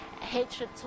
hatred